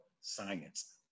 Science